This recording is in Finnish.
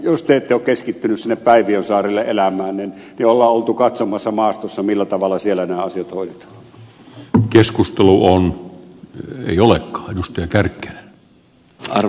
jos te ette ole keskittynyt sinne päiviönsaarelle elämään niin olemme olleet katsomassa maastossa millä tavalla siellä nämä asiat hoidetaan